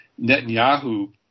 Netanyahu